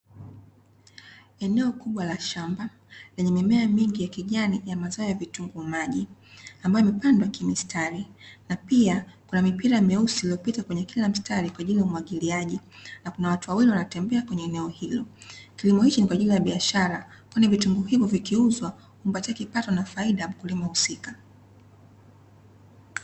Eneo kubwa la shamba lenye mimea mingi ya kijani ya mazao ya vitunguu maji, ambayo imepandwa kimistari. Na pia kuna mipira meusi, iliyopita kwenye kila mistari kwa ajili ya umwagiliaji na kuna watu wawili, wanatembea kwenye eneo hilo. Kilimo hicho ni kwa ajili ya biashara kwani, vitunguu hivo vikiuzwa humpatia kipato na faida mkulima husika.